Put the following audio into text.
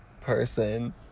person